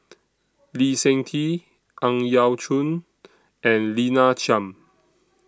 Lee Seng Tee Ang Yau Choon and Lina Chiam